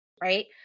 right